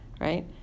right